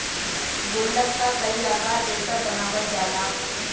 गुल्लक क कई आकार देकर बनावल जाला